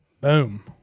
Boom